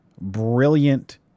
brilliant